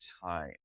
time